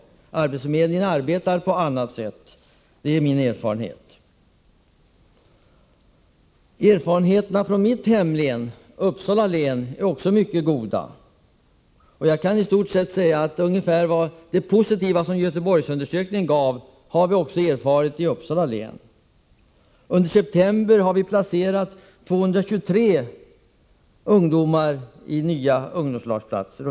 Arbetsförmedlingen arbetar på annat sätt, det är min erfarenhet. Erfarenheterna från mitt hemlän, Uppsala län, är också mycket goda. Jag kanistort sett säga att det positiva som Göteborgsundersökningen visade har vi också erfarit i Uppsala län. Under september har vi placerat 223 ungdomar i nya ungdomslagsplatser.